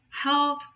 health